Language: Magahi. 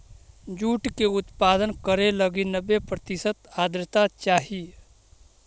जूट के उत्पादन करे लगी नब्बे प्रतिशत आर्द्रता चाहइ